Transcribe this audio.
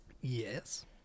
Yes